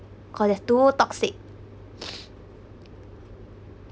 cause they're too toxic